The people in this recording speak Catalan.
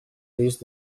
risc